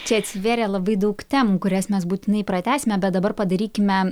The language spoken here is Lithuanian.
čia atsivėrė labai daug temų kurias mes būtinai pratęsime bet dabar padarykime